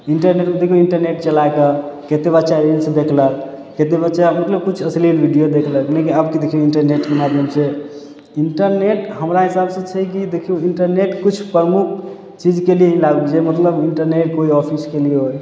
internet देखियौ internet चलाकऽ केते बच्चा रील्स देखलक केते बच्चा मतलब कुछ अश्लील वीडियो देखलक आबके देखियौ इन्टरनेटके माध्यमसँ इन्टरनेट हमरा हिसाबसँ छै कि देखियौ इन्टरनेट किछु प्रमुख चीजके लिए ही लाभ जे मतलब इन्टरनेट कोइ आओर चीजके लिए होइ हइ